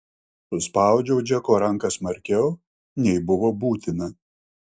suspaudžiau džeko ranką smarkiau nei buvo būtina